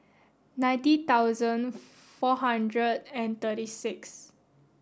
ninety thousand four hundred and thirty six